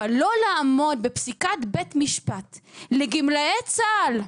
אבל לא לעמוד בפסיקת בית משפט לגמלאי צה"ל,